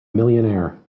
millionaire